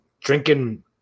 drinking